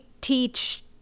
teach